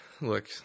look